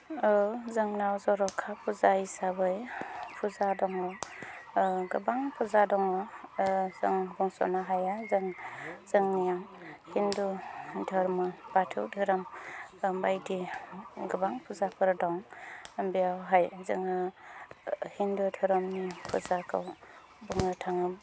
औ जोंनाव जर'खा फुजा हिसाबै फुजा दङ गोबां फुजा दङ जों बुंस'नो हाया जों जोंनिया हिन्दु धर्म बाथौ धोरोम बायदि गोबां फुजाफोर दं बेवहाय जोङो हिन्दु धोरोमनि फुजाखौ बुंनो थाङो